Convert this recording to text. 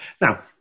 Now